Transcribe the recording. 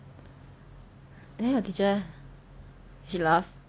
then your teacher did she laugh